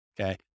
Okay